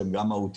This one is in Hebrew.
שהן גם מהותיות,